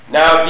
now